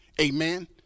amen